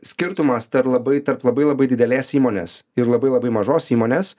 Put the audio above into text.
skirtumas tar labai tarp labai labai didelės įmonės ir labai labai mažos įmonės